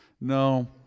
No